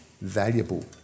valuable